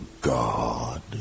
god